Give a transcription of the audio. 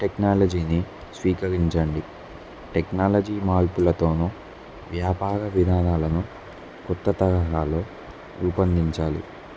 టెక్నాలజీని స్వీకరించండి టెక్నాలజీ మార్పులతోనూ వ్యాపార విధానాలను క్రొత్త తరహాలో రూపొందించాలి